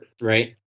Right